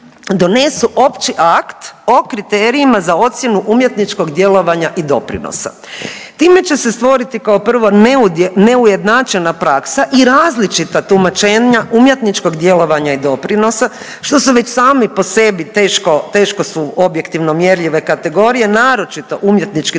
donesu opći akt o kriterijima za ocjenu umjetničkog djelovanja i doprinosa. Time će se stvoriti kao prvo neujednačena praksa i različita tumačenja umjetničkog djelovanja i doprinosa što su već sami po sebi teško su objektivno mjerljive kategorije, naročito umjetnički